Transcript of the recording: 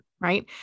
Right